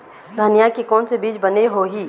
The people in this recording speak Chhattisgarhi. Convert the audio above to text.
धनिया के कोन से बीज बने होही?